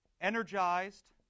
energized